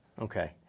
Okay